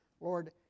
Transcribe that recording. Lord